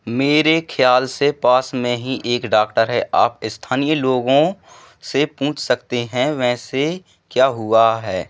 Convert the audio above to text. मेरे खयाल से पास में ही एक डॉक्टर है आप स्थानीय लोगों से पूछ सकते हैं वैसे क्या हुआ है